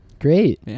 Great